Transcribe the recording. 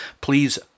please